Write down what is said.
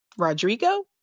Rodrigo